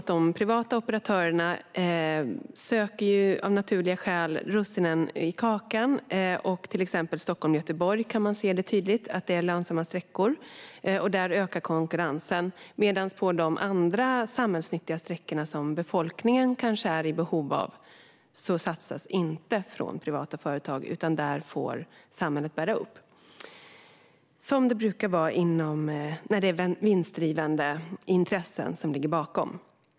De privata operatörerna söker av naturliga skäl russinen i kakan, och man kan till exempel se tydligt att sträckan Stockholm-Göteborg är en lönsam sträcka. Där ökar konkurrensen, medan det på de andra samhällsnyttiga sträckorna som befolkningen kanske är i behov av inte satsas från privata företag, utan där får samhället bära kostnaderna - som det brukar vara när vinstdrivande intressen ligger bakom.